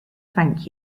thank